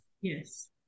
Yes